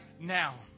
now